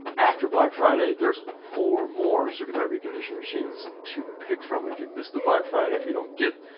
after black friday, there's four more certified reconditioned machines to pick from if you've missed the black friday if you don't get